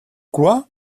quoi